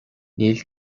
níl